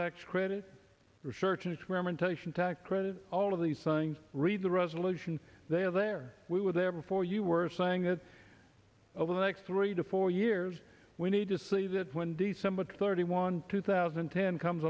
tax credit research and experimentation tax credit all the signs read the resolution they are there we were there before you were saying that over the next three to four years we need to see that when december thirty one two thousand and ten comes